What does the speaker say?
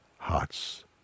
Hearts